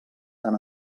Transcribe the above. tan